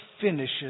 finishes